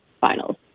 finals